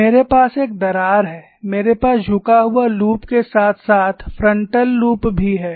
मेरे पास एक दरार है मेरे पास झुका हुआ लूप के साथ साथ फ्रंटल लूप भी है